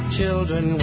children